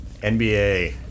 NBA